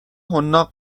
حناق